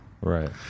Right